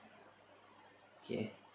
okay